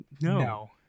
No